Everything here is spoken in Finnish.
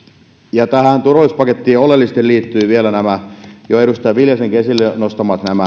ja tähän turvallisuuspakettiin oleellisesti liittyvät vielä nämä jo edustaja viljasenkin esille nostamat